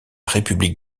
république